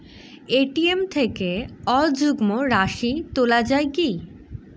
ATM থেকে অযুগ্ম রাশি তোলা য়ায় কি?